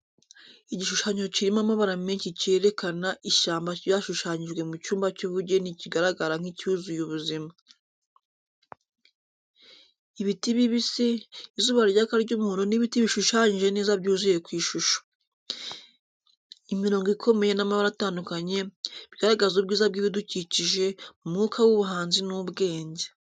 Igishushanyo kirimo amabara menshi cyerekana ishyamba cyashushanyijwe mu cyumba cy’ubugeni kiragaragara nk’icyuzuye ubuzima. Ibiti bibisi, izuba ryaka ry’umuhondo n’ibiti bishushanyije neza byuzuye ku ishusho. Imirongo ikomeye n’amabara atandukanye bigaragaza ubwiza bw’ibidukikije, mu mwuka w’ubuhanzi n’ubwenge.